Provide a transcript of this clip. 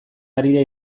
harira